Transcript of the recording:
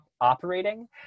operating